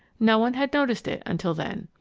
no one had noticed it until then.